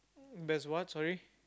that's what sorry